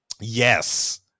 yes